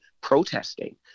protesting